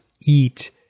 eat